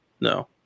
no